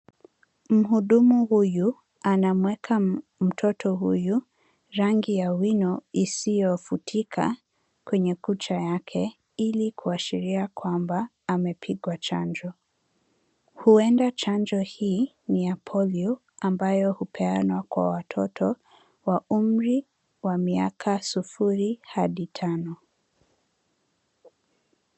Mhudumu huyu anamweka mtoto huyu rangi ya wino isiyofutika kwenye kucha yake ili kuashiria kwamba amepigwa chanjo. Huenda chanjo hii ni ya polio ambayo hupeanwa kwa watoto wa umri wa miaka sufuri hadi tano.